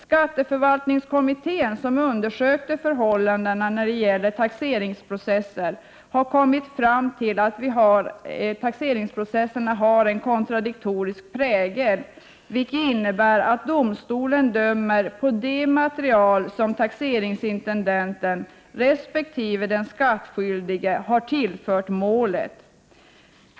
Skatteförenklingskommittén, som undersökt förhållandena när det gäller taxeringsprocesser, har kommit fram till att taxeringsprocesserna har en kontradiktorisk prägel, vilket innebär att domstolen dömer på det material som taxeringsintendenten resp. den skattskyldige har tillfört målet.